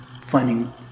Finding